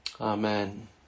Amen